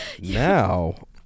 Now